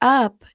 up